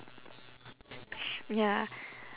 ya